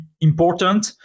important